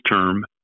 term